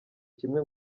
kimwe